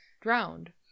drowned